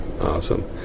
awesome